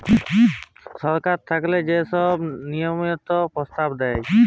সরকার থ্যাইকে যে ছব লিয়ম লিয়ল্ত্রলের পরস্তাব দেয়